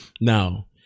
Now